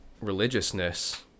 religiousness